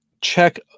check